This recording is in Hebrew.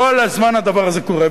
כל זמן הדבר הזה קורה.